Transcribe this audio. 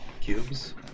cubes